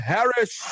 Harris